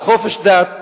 על חופש דת,